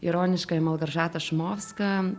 ironiškąją malgožatą šumovską